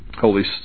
Holy